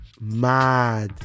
mad